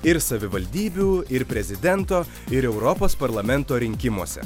ir savivaldybių ir prezidento ir europos parlamento rinkimuose